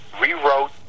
rewrote